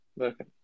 Okay